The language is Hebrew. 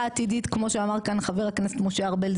עתידית כמו שאמר כאן חבר הכנסת משה ארבל,